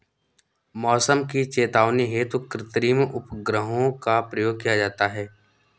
मौसम की चेतावनी हेतु कृत्रिम उपग्रहों का प्रयोग किया जाता है